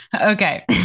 Okay